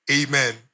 Amen